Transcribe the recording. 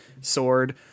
sword